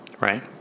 Right